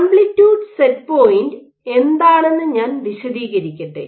amplitude set point എന്താണെന്ന് ഞാൻ വിശദീകരിക്കട്ടെ